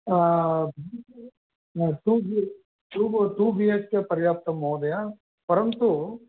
two बि टु बि हेच् के पर्याप्तं महोदय परन्तु